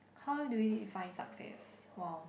how do we define success !wow!